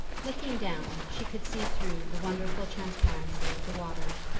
looking down, she could see through the wonderful transparency of the water,